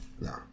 no